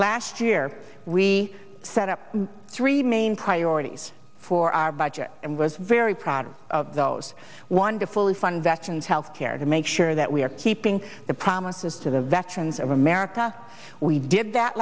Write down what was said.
last year we set up three main priorities for our budget and was very proud of those wonderfully fun veterans health care to make sure that we are keeping the promises to the veterans of america we did that